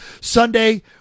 Sunday